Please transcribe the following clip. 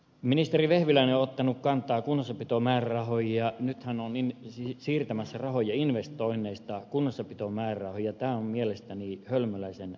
ministeri vehviläinen on ottanut kantaa kunnossapitomäärärahoihin ja nyt hän on siirtämässä rahoja investoinneista kunnossapitomäärärahoja ja tämä on mielestäni hölmöläisen peiton jatkamista